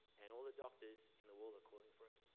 and all the doctors in the world are calling for it.